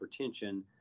hypertension